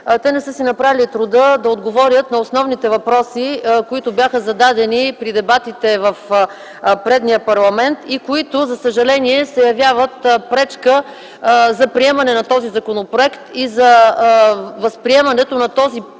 те не са си направили труда да отговорят на основните въпроси, които бяха зададени при дебатите в предишния парламент, които, за съжаление, се явяват пречка за приемане на този законопроект и за възприемането на този подход